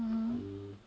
mm